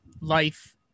life